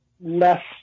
less